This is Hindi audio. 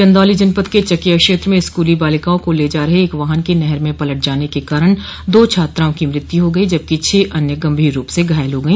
चन्दौली जनपद के चकिया क्षेत्र में स्कूली बालिकाओं को ले जा रहे एक वाहन के नहर में पलट जाने के कारण दो छात्राओं की मृत्यु हो गई जबकि छह अन्य गंभीर रूप से घायल हो गई